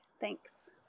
Thanks